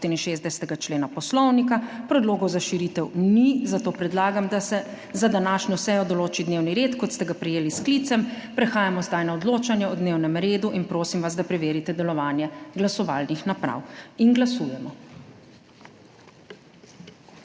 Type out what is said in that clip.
64. člena Poslovnika. Predlogov za širitev ni, zato predlagam, da se za današnjo sejo določi dnevni red kot ste ga prejeli s sklicem. Prehajamo zdaj na odločanje o dnevnem redu in prosim vas, da preverite delovanje glasovalnih naprav. Glasujemo.